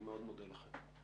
אני מאוד מודה לכם.